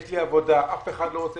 יש לי עבודה, הם מוכנים